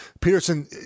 Peterson